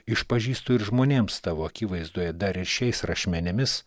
išpažįstu ir žmonėms tavo akivaizdoje dar ir šiais rašmenimis